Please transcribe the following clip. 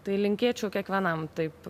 tai linkėčiau kiekvienam taip